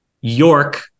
York